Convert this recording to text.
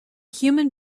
human